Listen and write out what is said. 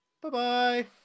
bye-bye